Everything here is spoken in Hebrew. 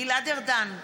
גלעד ארדן,